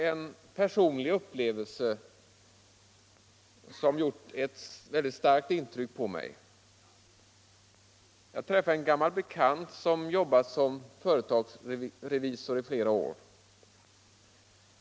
En personlig upplevelse har gjort ett mycket starkt intryck på mig. Jag träffade en gammal bekant som jobbat som företagsrevisor i flera år.